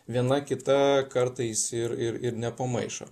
viena kita kartais ir ir ir nepamaišo